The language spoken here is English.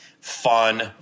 fun